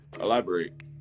elaborate